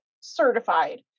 certified